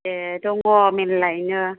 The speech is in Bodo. ए दङ मेरलायैनो